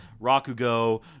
Rakugo